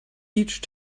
each